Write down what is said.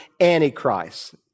Antichrist